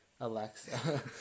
Alexa